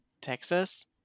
Texas